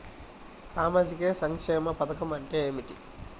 సామాజిక సంక్షేమ పథకం అంటే ఏమిటి?